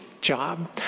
job